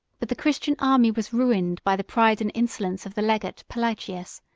but the christian army was ruined by the pride and insolence of the legate pelagius,